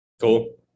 Cool